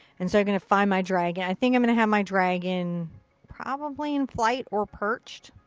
and so i'm gonna find my dragon. i think i'm gonna have my dragon probably in flight or perched.